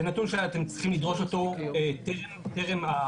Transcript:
זה נתון שאתם צריכים לדרוש אותו טרם האישורים.